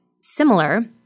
similar